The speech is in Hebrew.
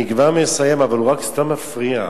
אני כבר מסיים, אבל הוא רק סתם מפריע,